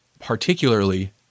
particularly